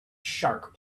shark